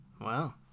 Wow